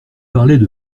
parlaient